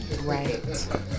right